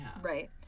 Right